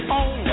on